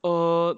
err